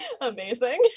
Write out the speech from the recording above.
Amazing